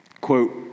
quote